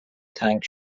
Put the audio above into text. تنگ